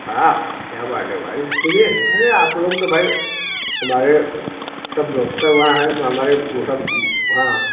हाँ क्या बात है भाई ठीक है अरे आप लोग तो भाई हमारे सब दोस्त सब वहाँ हैं हमारे उ सब हाँ